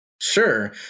Sure